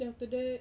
then after that